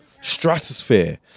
stratosphere